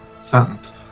sentence